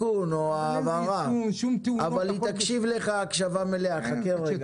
זה נכון לגבי פרויקטים שקשורים בהרי ירושלים,